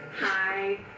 Hi